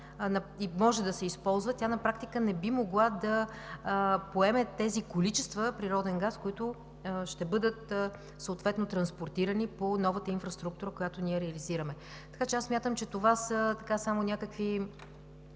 и може да се използва, на практика не би могла да поеме тези количества природен газ, които ще бъдат съответно транспортирани по новата инфраструктура, която ние реализираме. Така че аз смятам, че са само някакви